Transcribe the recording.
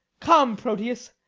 come, proteus,